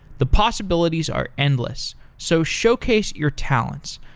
the possibilities are endless, so showcase your talents.